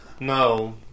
No